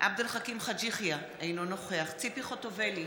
עבד אל חכים חאג' יחיא, אינו נוכח ציפי חוטובלי,